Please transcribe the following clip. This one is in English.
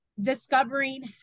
discovering